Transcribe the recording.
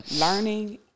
Learning